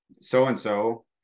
so-and-so